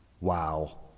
Wow